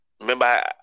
remember